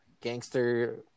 Gangster